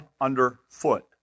underfoot